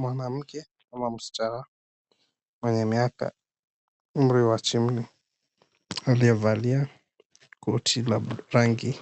Mwanamke ama msichana mwenye umri wa chini, aliyevalia koti la rangi